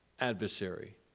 adversary